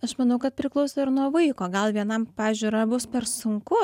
aš manau kad priklauso ir nuo vaiko gal vienam pavyzdžiui yra bus per sunku